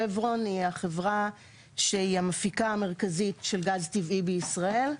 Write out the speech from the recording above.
שברון היא החברה שהיא המפיקה המרכזית של גז טבעי בישראל.